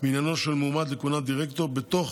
בעניינו של מועמד לכהונת דירקטור בתוך